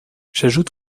j’ajoute